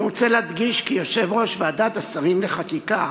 אני רוצה להדגיש כי כיושב-ראש ועדת השרים לחקיקה